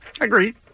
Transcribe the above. Agreed